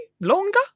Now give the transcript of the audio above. longer